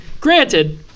Granted